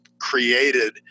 created